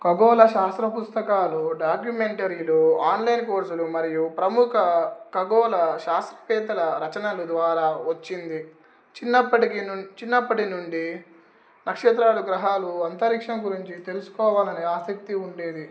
ఖగోళ శాస్త్ర పుస్తకాలు డాక్యుమెంటరీలు ఆన్లైన్ కోర్సులు మరియు ప్రముఖ ఖగోళ శాస్త్రవేత్తల రచనలు ద్వారా వచ్చింది చిన్నప్పటి నుండి చిన్నప్పటి నుండి నక్షత్రాలు గ్రహాలు అంతరిక్షం గురించి తెలుసుకోవాలనే ఆసక్తి ఉండేది